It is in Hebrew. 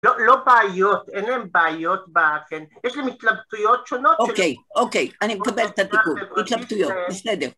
לא בעיות, אין להן בעיות ב... כן, יש להם התלבטויות שונות. אוקיי, אוקיי, אני מקבל את התיקון, התלבטויות, בסדר